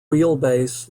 wheelbase